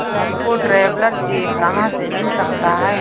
हमको traveller cheque कहाँ से मिल सकता है?